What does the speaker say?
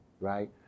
right